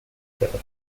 cedro